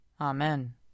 Amen